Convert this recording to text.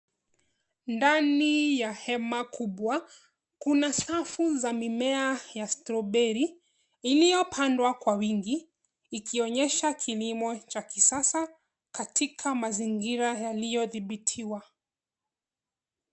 Ndani ya hema kubwa kuna safu za mimea ya (cs)strawberry (cs) iliyopandwa kwa wingi ikionyesha kilimo cha kisasa katika mazingira iliyodhibitiwa.